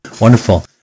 Wonderful